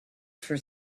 for